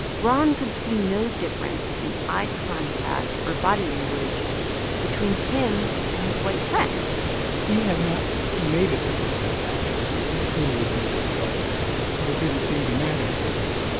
ron could see no difference in eye contact or body language between him and his white friend he had not made a decision about who was in control, and it didn't seem to matter to him.